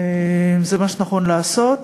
אדוני השר, בבקשה.